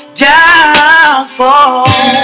downfall